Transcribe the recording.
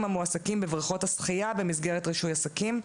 המועסקים בבריכות השחייה במסגרת רישוי עסקים.